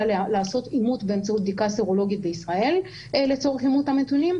לעשות אימות באמצעות בדיקה סרולוגית בישראל לצורך אימות הנתונים,